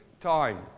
Time